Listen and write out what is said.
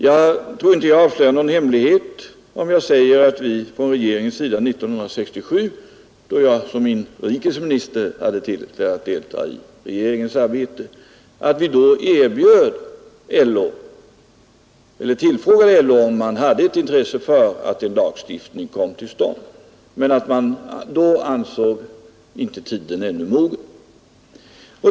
Jag tror inte att jag avslöjar någon hemlighet om jag säger att vi från regeringens sida 1967, då jag som inrikesminister hade tillfälle att deltaga i regeringens arbete, tillfrågade LO under hand om man hade ett intresse av att en lagstiftning kom till stånd. Men LO ansåg då inte tiden vara mogen.